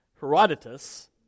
Herodotus